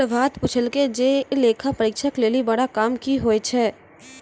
प्रभात पुछलकै जे लेखा परीक्षक लेली बड़ा काम कि होय छै?